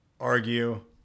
argue